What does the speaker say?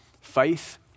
faith